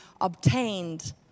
obtained